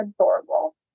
adorable